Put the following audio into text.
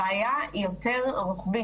הבעיה היא יותר רוחבית.